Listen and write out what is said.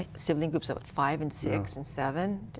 ah sibling groups of five, and six, and seven.